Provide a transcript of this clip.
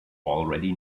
already